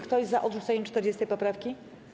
Kto jest za odrzuceniem 40. poprawki?